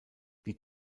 die